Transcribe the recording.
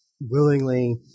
willingly